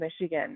Michigan